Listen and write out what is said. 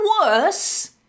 worse